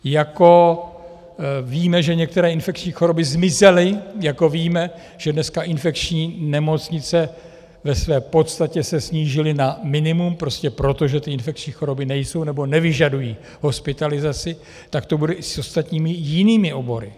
Jako víme, že některé choroby zmizely, jako víme, že dneska infekční nemocnice ve své podstatě se snížily na minimum prostě proto, že ty infekční choroby nejsou nebo nevyžadují hospitalizaci, tak to bude i s ostatními, jinými obory.